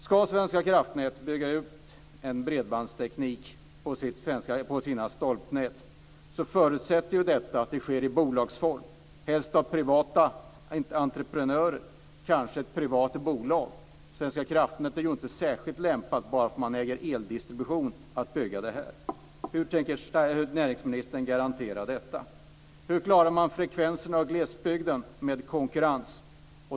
Ska Svenska kraftnät bygga ut en bredbandsteknik på sina stolpnät är en förutsättning att det sker i bolagsform, helst genom privata entreprenörer, kanske ett privat bolag. Svenska kraftnät är ju inte särskilt lämpat för att bygga det här bara därför att det äger eldistribution. Hur tänker näringsministern garantera detta?